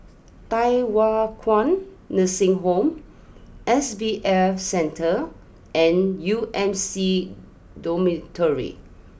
Thye Hua Kwan Nursing Home S B F Center and U M C Dormitory